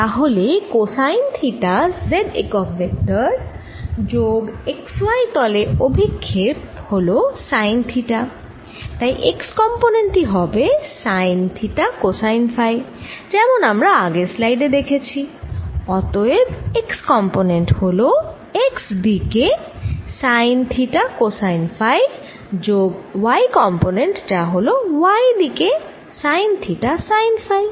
তাহলে cosine theta z একক vector যোগ x y তলে অভিক্ষেপ হল সাইন থিটা তাই x কম্পোনেন্ট টি হবে সাইন থিটা কোসাইন ফাই যেমন আমরা আগের স্লাইড এ দেখেছি অতএব x কম্পোনেন্ট হল x দিকে সাইন থিটা কোসাইন ফাই যোগ y কম্পোনেন্ট যা হল y দিকে সাইন থিটা সাইন ফাই